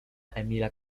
emila